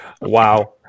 Wow